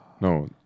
No